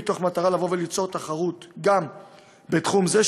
מתוך מטרה לבוא וליצור תחרות גם בתחום זה,